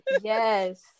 Yes